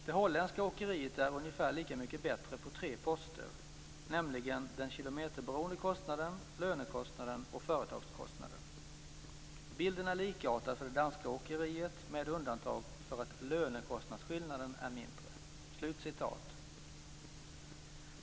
Det holländska åkeriet är ungefär lika mycket bättre på tre poster nämligen den km-beroende kostnaden, lönekostnaden och företagskostnaden. Bilden är likartad för det danska åkeriet med undantag för att lönekostnadsskillnaden är mindre."